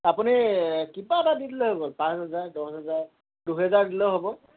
আপুনি কিবা এটা দি দিলেই হৈ গ'ল পাঁচ হেজাৰ দহ হেজাৰ দুহেজাৰ দিলেও হ'ব